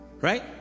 right